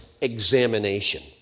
examination